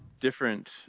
different